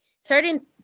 certain